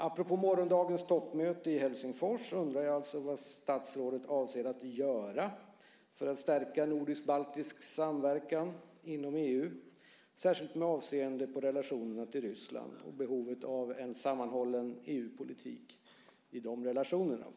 Apropå morgondagens toppmöte i Helsingfors undrar jag vad statsrådet avser att göra för att stärka nordisk-baltisk samverkan inom EU, särskilt med avseende på relationerna till Ryssland och behovet av en sammanhållen EU-politik i de relationerna.